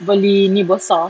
beli ni besar